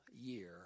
year